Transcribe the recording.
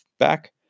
back